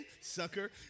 Sucker